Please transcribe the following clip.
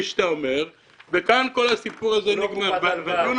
הוא לא קופת הלוואה,